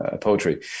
poetry